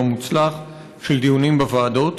יום מוצלח של דיונים בוועדות.